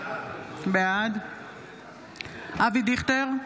בעד אבי דיכטר,